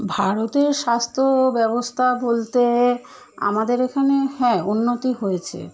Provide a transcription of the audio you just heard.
ভারতের স্বাস্থ্য ব্যবস্থা বলতে আমাদের এখানে হ্যাঁ উন্নতি হয়েছে